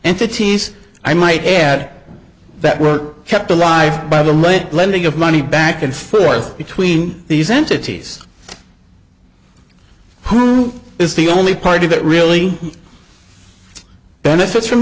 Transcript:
entities i might add that were kept alive by the late lending of money back and forth between these entities who is the only party that really benefits from